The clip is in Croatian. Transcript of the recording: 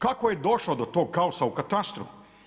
Kako je došlo do tog kaosa u katastru?